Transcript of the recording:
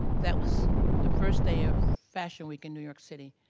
that was the first day of fashion week in new york city.